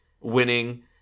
winning